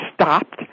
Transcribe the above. stopped